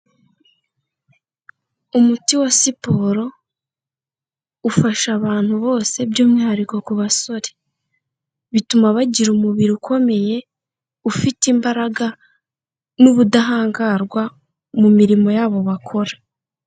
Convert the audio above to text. Umuti wa siporo ufasha abantu bose by'umwihariko ku basore, bituma bagira umubiri ukomeye ufite imbaraga n'ubudahangarwa mu mirimo yabo bakora.